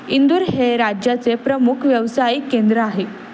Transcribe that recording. इंदूर हे राज्याचे प्रमुख व्यावसायिक केंद्र आहे